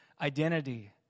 identity